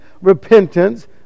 repentance